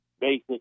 basic